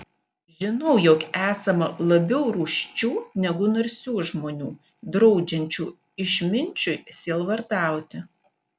žinau jog esama labiau rūsčių negu narsių žmonių draudžiančių išminčiui sielvartauti